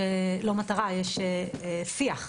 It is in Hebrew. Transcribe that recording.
שיח,